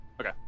Okay